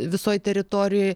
visoj teritorijoj